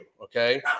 okay